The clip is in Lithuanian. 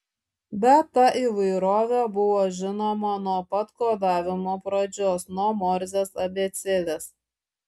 bet ta įvairovė buvo žinoma nuo pat kodavimo pradžios nuo morzės abėcėlės